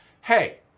hey